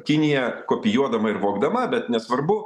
kinija kopijuodama ir vogdama bet nesvarbu